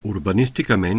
urbanísticament